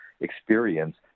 experience